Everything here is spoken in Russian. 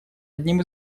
одним